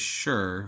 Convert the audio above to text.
sure